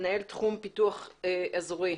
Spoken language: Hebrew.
מנהל תחום פיתוח אזורי.